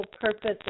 purpose